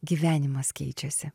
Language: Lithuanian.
gyvenimas keičiasi